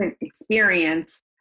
experience